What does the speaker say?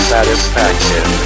Satisfaction